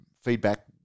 feedback